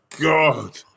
God